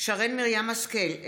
שרן מרים השכל,